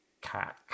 cat